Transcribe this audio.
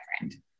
different